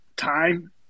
time